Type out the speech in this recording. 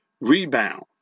rebound